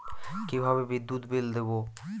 কিভাবে বিদ্যুৎ বিল দেবো?